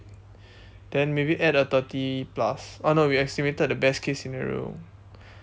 then maybe add a thirty plus oh no we estimated the best case scenario